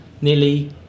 nearly